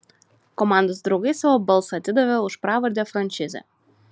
komandos draugai savo balsą atidavė už pravardę frančizė